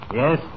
Yes